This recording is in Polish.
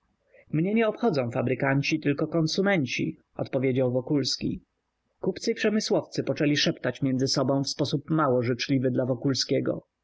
mnie nie obchodzą fabrykanci tylko konsumenci odpowiedział wokulski kupcy i przemysłowcy poczęli szeptać między sobą w sposób mało życzliwy dla wokulskiego